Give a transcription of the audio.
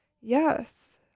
yes